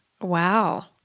Wow